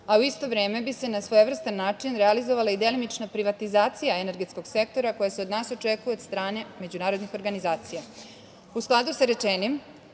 a u isto vreme bi se na svojevrstan način realizovala i delimična privatizacija energetskog sektora koja se od nas očekuje od strane međunarodnih organizacija.U skladu sa rečenim,